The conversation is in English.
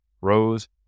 rows